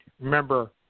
remember